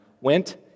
went